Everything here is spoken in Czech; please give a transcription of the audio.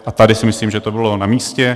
A tady si myslím, že to bylo namístě.